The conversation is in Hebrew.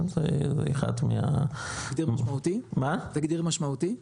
כן זה אחת מה -- תגדיר משמעותי.